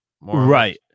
Right